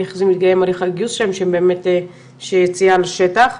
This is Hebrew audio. איך זה מתקדם הליך הגיוס שם והיציאה לשטח.